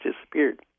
disappeared